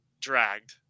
dragged